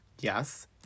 Yes